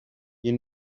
you